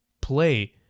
play